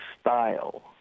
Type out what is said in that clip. style